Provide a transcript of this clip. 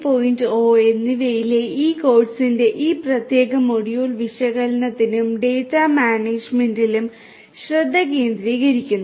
0 എന്നിവയിലെ ഈ കോഴ്സിന്റെ ഈ പ്രത്യേക മൊഡ്യൂൾ വിശകലനത്തിലും ഡാറ്റാ മാനേജ്മെന്റിലും ശ്രദ്ധ കേന്ദ്രീകരിക്കുന്നു